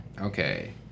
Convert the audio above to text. Okay